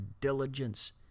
diligence